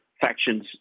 factions